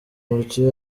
mucyo